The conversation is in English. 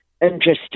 interesting